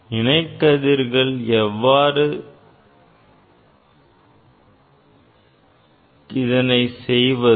இதனை எவ்வாறு செய்வது